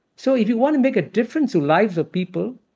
so, if you want to make a difference in lives of people,